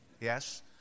Yes